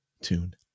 tune